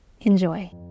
Enjoy